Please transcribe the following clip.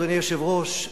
אדוני היושב-ראש,